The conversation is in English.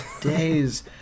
days